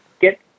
get